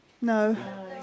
No